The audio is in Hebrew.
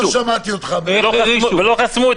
אני לא שמעתי אותך --- ולא חסמו את